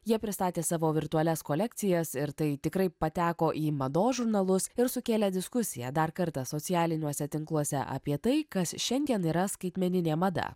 jie pristatė savo virtualias kolekcijas ir tai tikrai pateko į mados žurnalus ir sukėlė diskusiją dar kartą socialiniuose tinkluose apie tai kas šiandien yra skaitmeninė mada